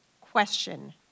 question